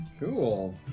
Cool